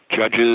judges